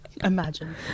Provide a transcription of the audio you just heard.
Imagine